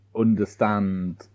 understand